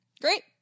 Great